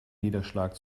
niederschlag